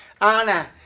Anna